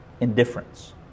Indifference